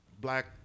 black